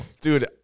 Dude